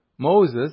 Moses